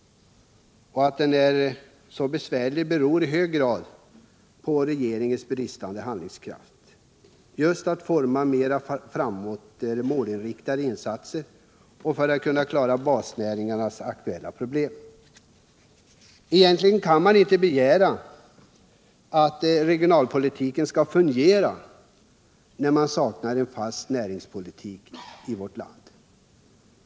Att den är så besvärlig beror i hög grad på regeringens bristande handlingskraft just när det gäller att forma mer målinriktade insatser för att klara våra basnäringars aktuella problem. Egentligen kan man inte begära att regionalpolitiken skall fungera när vi saknar en fast näringspolitik i vårt land.